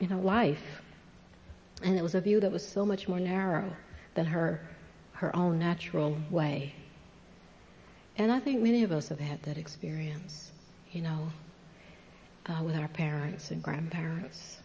you know life and it was a view that was so much more narrow than her or her own natural way and i think many of those have had that experience you know when our parents and grandparents